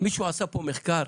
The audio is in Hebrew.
מישהו עשה פה מחקר